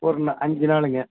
ஒரு அஞ்சு நாளுங்க